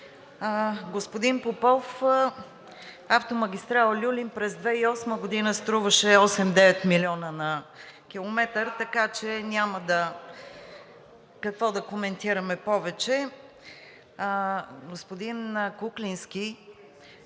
Господин Попов, автомагистрала „Люлин“ през 2008 г. струваше 8 – 9 милиона на километър, така че няма какво повече да коментираме. Господин Куленски,